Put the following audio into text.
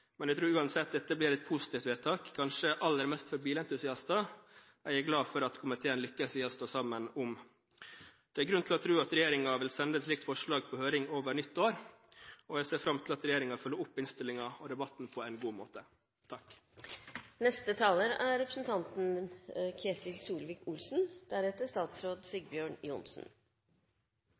Men jeg tror uansett at dette blir et positivt vedtak – kanskje aller mest for bilentusiaster – som jeg er glad for at komiteen lyktes i å stå sammen om. Det er grunn til å tro at regjeringen vil sende et slikt forslag på høring over nyttår. Jeg ser fram til at regjeringen følger opp innstillingen og debatten på en god måte.